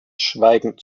schweigen